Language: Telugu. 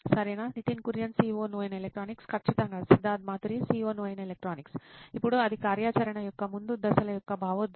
సరేనా నితిన్ కురియన్ COO నోయిన్ ఎలక్ట్రానిక్స్ ఖచ్చితంగా సిద్ధార్థ్ మాతురి CEO నోయిన్ ఎలక్ట్రానిక్స్ ఇప్పుడు అది కార్యాచరణ యొక్క 'ముందు' దశల యొక్క భావోద్వేగం